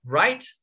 right